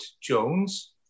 Jones